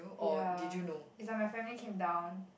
ya is like my family came down